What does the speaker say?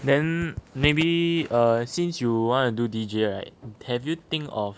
then maybe err since you want to do D_J right have you think of